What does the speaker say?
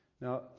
Now